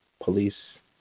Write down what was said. police